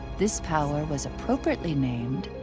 this power was appropriately named,